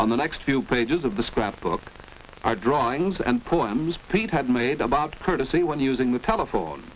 on the next few pages of the scrapbook our drawings and poems pete had made about courtesy when using the telephone